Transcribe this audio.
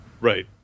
Right